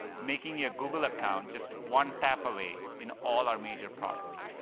making your google account just one tap away in all our major products,